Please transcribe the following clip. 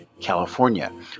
California